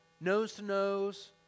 nose-to-nose